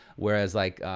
whereas like,